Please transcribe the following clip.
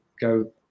go